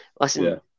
listen